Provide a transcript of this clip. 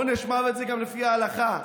עונש מוות זה גם לפי ההלכה.